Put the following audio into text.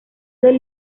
del